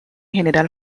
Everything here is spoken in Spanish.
general